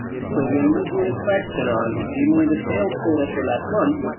so when you do the question on, give me the sales total for last month,